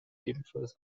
ebenfalls